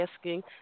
asking